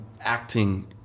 acting